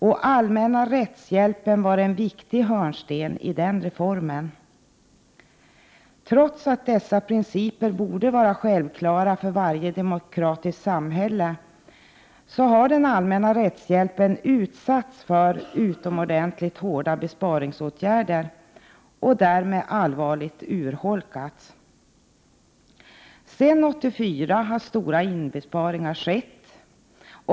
Den allmänna rättshjälpen var en viktig hörnsten beträffande den reformen. Trots att dessa principer borde vara självklara i varje demokratiskt samhälle har den allmänna rättshjälpen utsatts för utomordentligt hårda besparingsåtgärder och därmed allvarligt urholkats. Sedan 1984 har stora besparingar skett."